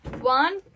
One